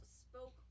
spoke